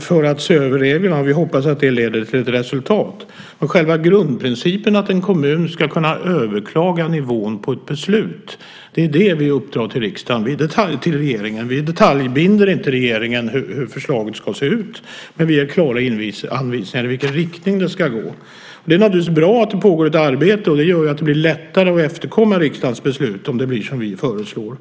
för att se över reglerna. Vi hoppas att det leder till ett resultat. Men det är själva grundprincipen att en kommun ska kunna överklaga nivån på ett beslut som vi vill uppdra till regeringen att se över. Vi detaljbinder inte regeringen när det gäller hur förslaget ska se ut, men vi ger klara anvisningar i vilken riktning det ska gå. Det är naturligtvis bra att det pågår ett arbete. Det gör ju att det blir lättare att efterkomma riksdagens beslut om det blir som vi föreslår.